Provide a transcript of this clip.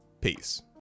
peace